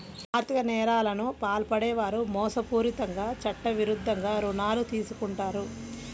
ఆర్ధిక నేరాలకు పాల్పడే వారు మోసపూరితంగా చట్టవిరుద్ధంగా రుణాలు తీసుకుంటారు